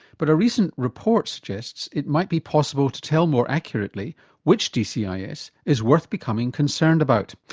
but a recent report suggests it might be possible to tell more accurately which dcis ah is is worth becoming concerned about.